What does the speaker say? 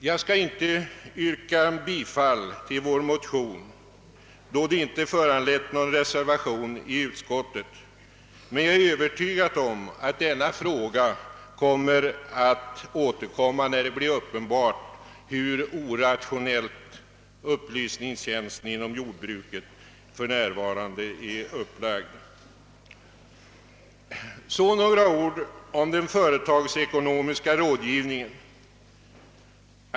Jag skall inte yrka bifall till vår motion, då den inte föranlett någon reservation i utskottet, men jag är övertygad om att denna fråga kommer att återupptas, när det blir tydligt hur icke rationellt = upplysningstjänsten inom jordbruket för närvarande är upplagd. Vidare vill jag säga några ord om den företagsekonomiska rådgivningen.